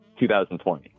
2020